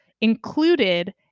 included